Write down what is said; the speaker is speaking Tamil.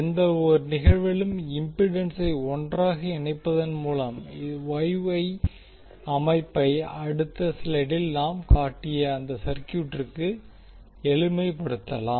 எந்தவொரு நிகழ்விலும் இம்பிடன்சை ஒன்றாக இணைப்பதன் மூலம் Y Y அமைப்பை அடுத்த ஸ்லைடில் நாம் காட்டிய அந்த சர்க்யூட்டிற்கு எளிமைப்படுத்தலாம்